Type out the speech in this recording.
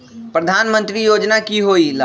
प्रधान मंत्री योजना कि होईला?